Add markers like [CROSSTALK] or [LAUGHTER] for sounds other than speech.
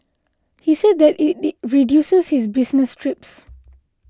he said that it [UNINTELLIGIBLE] reduces his business trips